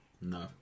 No